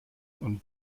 und